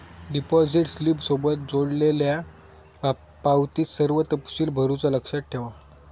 deposit स्लिपसोबत जोडलेल्यो पावतीत सर्व तपशील भरुचा लक्षात ठेवा